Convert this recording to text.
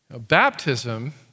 Baptism